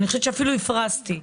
אני חושבת שאפילו הפרזתי.